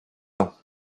ans